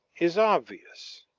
is obvious.